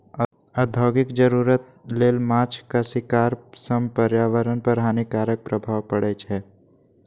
औद्योगिक जरूरत लेल माछक शिकार सं पर्यावरण पर हानिकारक प्रभाव पड़ै छै